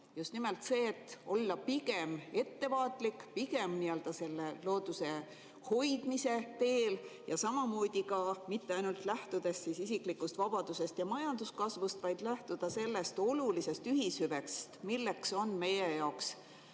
Just nimelt see, et olla pigem ettevaatlik, pigem looduse hoidmise teel ja samamoodi ka mitte lähtuda ainult isiklikust vabadusest ja majanduskasvust, vaid lähtuda sellest olulisest ühishüvest, milleks on meie jaoks